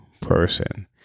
person